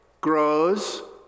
grows